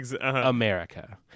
america